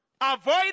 Avoid